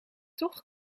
toch